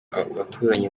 abaturanyi